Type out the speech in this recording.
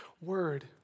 word